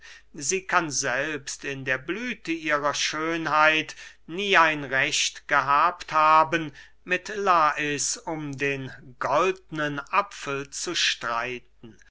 sie kann selbst in der blüthe ihrer schönheit nie ein recht gehabt haben mit lais um den goldnen apfel zu streiten